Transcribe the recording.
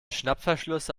schnappverschlüsse